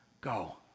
Go